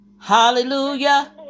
Hallelujah